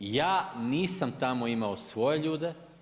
Ja nisam tamo imao svoje ljude.